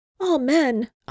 Amen